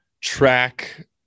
track